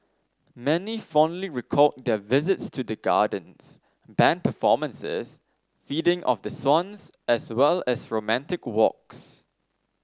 many fondly recalled their visits to the gardens band performances feeding of the swans as well as romantic walks